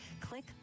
click